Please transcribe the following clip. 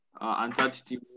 uncertainty